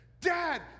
Dad